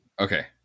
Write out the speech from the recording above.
Okay